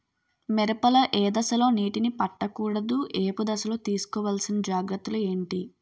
మిరప లో ఏ దశలో నీటినీ పట్టకూడదు? ఏపు దశలో తీసుకోవాల్సిన జాగ్రత్తలు ఏంటి?